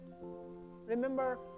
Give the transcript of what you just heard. Remember